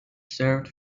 served